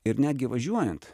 ir netgi važiuojant